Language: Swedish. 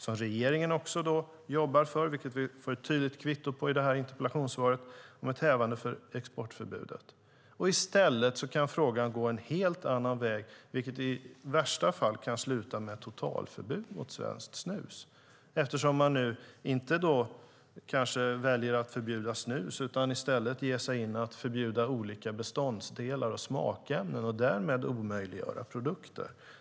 Det jobbar också regeringen för, vilket vi får ett tydligt kvitto på i interpellationssvaret. I stället kan frågan gå en helt annan väg, vilket i värsta fall kan sluta med ett totalförbud mot svenskt snus. Man väljer nämligen kanske inte att förbjuda snus utan ger sig i stället in på att förbjuda olika beståndsdelar och smakämnen och därmed omöjliggöra produkter.